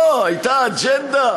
לא, הייתה אג'נדה.